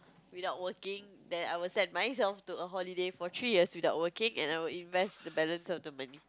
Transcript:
without working then I would sent myself to a holiday for three years without working and I would invest the balance of the money